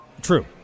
True